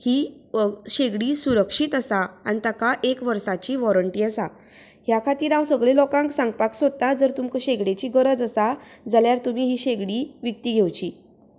ही शेगडी सुरक्षीत आसा आनी ताका एक वर्साची वाॅरन्टी आसा ह्या खातीर हांव सगळें लोकांक सांगपाक सोदता जर तुमकां शेगडेची गरज आसा जाल्यार तुमी ही शेगडी विकती घेवची